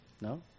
No